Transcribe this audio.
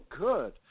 good